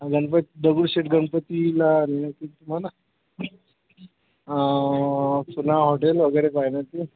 गणपत दगडूशेट गणपतीला न्यायचं तुम्हाला पूना हॉटेल वगैरे पाहण्यात आहे